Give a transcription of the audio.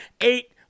eight